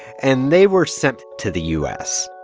and they were sent to the u s.